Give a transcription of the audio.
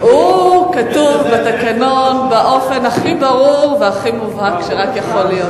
כתוב בתקנון באופן הכי ברור והכי מובהק שרק יכול להיות.